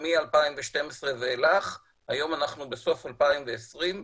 מ-2012 ואילך, היום אנחנו בסוף 2020,